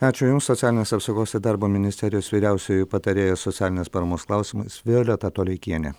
ačiū jums socialinės apsaugos ir darbo ministerijos vyriausioji patarėja socialinės paramos klausimais violeta toleikienė